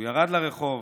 הוא ירד לרחוב